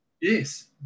Yes